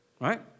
Right